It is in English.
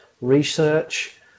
research